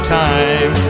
time